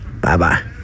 Bye-bye